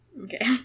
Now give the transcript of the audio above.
Okay